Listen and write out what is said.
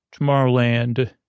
Tomorrowland